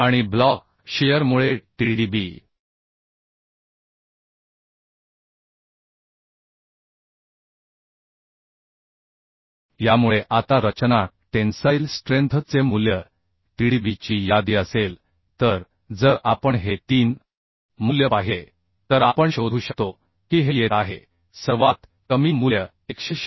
आणि ब्लॉक शियरमुळे Tdb यामुळे आता रचना टेन्साईल स्ट्रेंथ चे मूल्य Tdb ची यादी असेल तर जर आपण हे तीन मूल्य पाहिले तर आपण शोधू शकतो की हे येत आहे सर्वात कमी मूल्य 196